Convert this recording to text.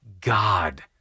God